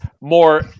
more